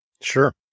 sure